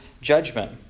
judgment